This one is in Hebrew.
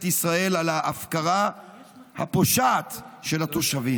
ישראל על ההפקרה הפושעת של התושבים.